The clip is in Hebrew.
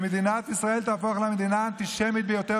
שמדינת ישראל תהפוך למדינה האנטישמית ביותר